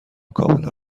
کاملا